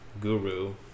Guru